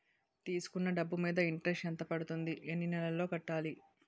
తీసుకున్న డబ్బు మీద ఇంట్రెస్ట్ ఎంత పడుతుంది? ఎన్ని నెలలో కట్టాలి?